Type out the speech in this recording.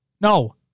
No